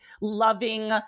loving